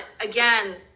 again